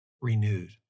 renewed